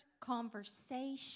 conversation